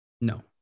No